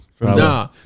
Nah